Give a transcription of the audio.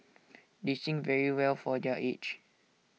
they sing very well for their age